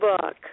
book